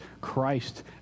Christ